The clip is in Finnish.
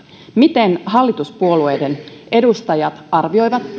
miten hallituspuolueiden edustajat arvioivat